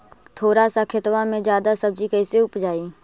थोड़ा सा खेतबा में जादा सब्ज़ी कैसे उपजाई?